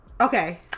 Okay